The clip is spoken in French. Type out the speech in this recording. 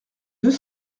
deux